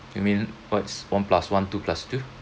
you mean what's one plus one two plus two